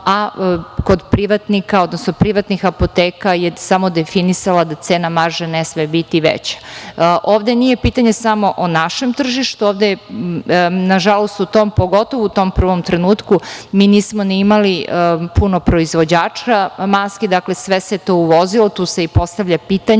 preko RFZO-a, a kod privatnih apoteka je samo definisala da cena marže ne sme biti veća. Ovde nije pitanje samo o našem tržištu, nažalost, pogotovo u tom prvom trenutku mi nismo ni imali puno proizvođača maski, dakle sve se to uvozilo, tu se i postavlja pitanje